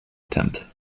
attempt